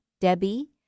Debbie